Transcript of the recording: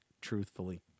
truthfully